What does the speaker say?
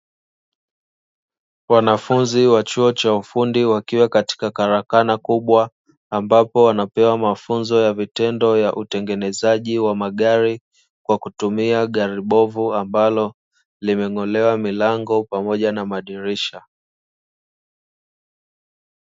Wanafunzi wa chuo cha ufundi wakiwa katika karakana kubwa, ambapo wanapewa mafunzo ya vitendo ya utengenezaji wa magari kwa kutumia gari bovu ambalo limeng'olewa milango pamoja na madirisha.